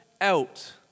out